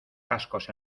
cascos